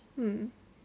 um